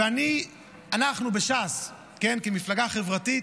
ואני, ואנחנו בש"ס כמפלגה חברתית